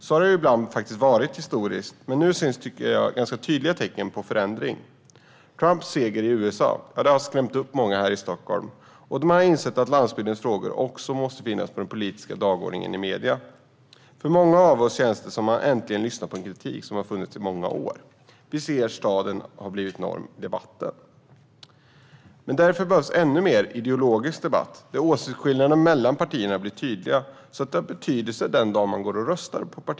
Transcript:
Så har det ibland varit historiskt, men nu syns ganska tydliga tecken på förändring. Trumps seger i USA har skrämt upp många här i Stockholm. De har insett att landsbygdens frågor också måste finnas på den politiska dagordningen i medierna. För många av oss känns det som att man äntligen lyssnar på en kritik som har funnits i många år. Vi ser att staden har blivit norm i debatten. Därför behövs en ännu mer ideologisk debatt, där åsiktsskillnaderna mellan partierna blir tydliga så att det har betydelse den dagen man går och röstar.